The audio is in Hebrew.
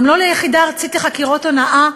גם לא ליחידה הארצית לחקירות הונאה.